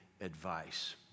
advice